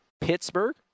Pittsburgh